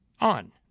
on